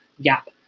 gap